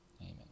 Amen